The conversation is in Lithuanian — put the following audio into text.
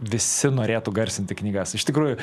visi norėtų garsinti knygas iš tikrųjų